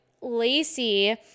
Lacey